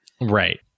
Right